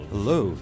Hello